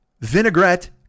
vinaigrette